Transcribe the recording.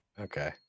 okay